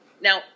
Now